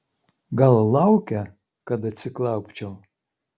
gal laukia kad atsiklaupčiau